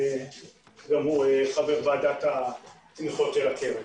גם הוא חבר ועדת התמיכות של הקרן.